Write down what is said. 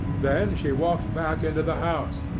then she walked back into the house,